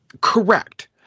Correct